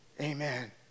Amen